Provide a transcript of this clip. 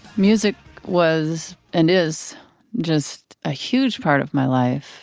music was and is just a huge part of my life